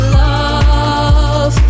love